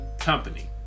company